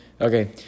Okay